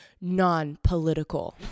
non-political